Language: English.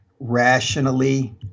rationally